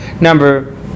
Number